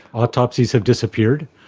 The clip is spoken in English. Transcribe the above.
autopsies have disappeared.